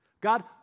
God